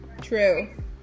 true